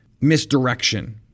misdirection